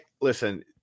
listen